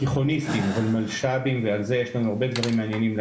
תיכוניסטים אבל מלש"בים ועל זה יש לנו הרבה דברים להגיד,